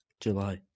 July